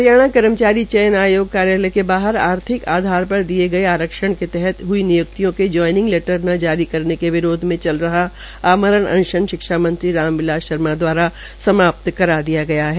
हरियाणा कर्मचारी आयोग कार्यालय के बाहर आर्थिक आधार पर दिये गये आरक्षण के तहत हई निय्क्तियों को ज्वाईंनंग लैटर न जारी करने के विरोध में चल रहा आमरण अनशन शिक्षा मंत्री राम बिलास दवारा समाप्त कर दिया गया है